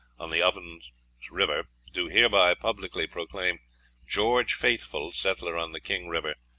on the ovens river, do hereby publicly proclaim george faithful, settler on the king river,